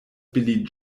billy